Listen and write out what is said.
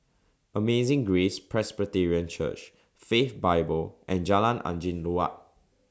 Amazing Grace Presbyterian Church Faith Bible and Jalan Angin Laut